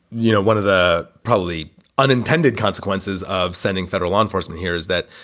you know, one of the probably unintended consequences of sending federal law enforcement here is that,